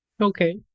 Okay